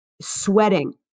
sweating